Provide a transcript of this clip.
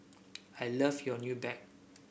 I love your new bag